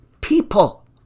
people